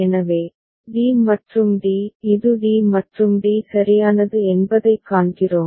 எனவே d மற்றும் d இது d மற்றும் d சரியானது என்பதைக் காண்கிறோம்